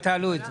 תעלו את זה.